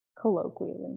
colloquially